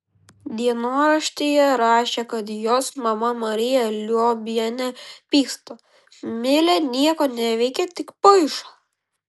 dienoraštyje rašė kad jos mama marija liobienė pyksta milė nieko neveikia tik paišo